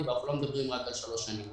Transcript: ואנחנו לא מדברים רק על שלוש שנים.